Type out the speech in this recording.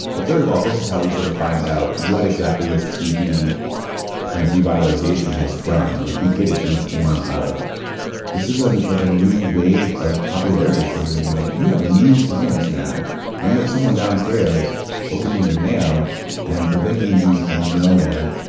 but third of all, this is how you sort of find out what exactly this tv kind of revitalization has done. like we get it in the form of this is ah like a new wave of popularity for you. in a way. you have new fans now and you have someone downstairs opening your mail and preventing you from knowing.